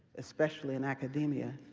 especially in academia,